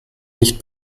nicht